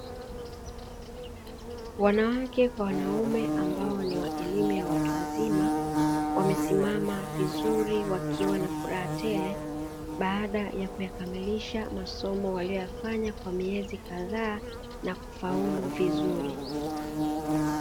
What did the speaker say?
Wanawake kwa wanaume ambao ni elimu ya watu wazima, wamesimama vizuri wakiwa na furaha tele, baada ya kuyakamilisha masomo waliyoyafanya kwa miezi kadhaa na kufaulu vizuri.